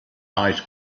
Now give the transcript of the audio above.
eyes